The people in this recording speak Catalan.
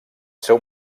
seu